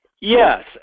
Yes